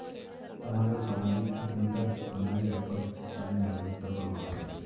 समाजक सामाजिक उद्यमिता बनाए रखवार तने जागरूकता करवा हछेक